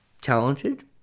talented